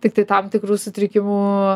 tiktai tam tikrų sutrikimų